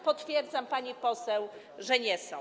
Potwierdzam, pani poseł, że nie są.